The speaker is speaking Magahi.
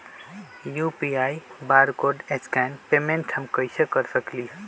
यू.पी.आई बारकोड स्कैन पेमेंट हम कईसे कर सकली ह?